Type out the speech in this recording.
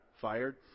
fired